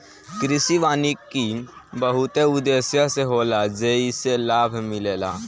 कृषि वानिकी बहुते उद्देश्य से होला जेइसे लाभ मिलेला